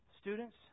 Students